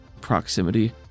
proximity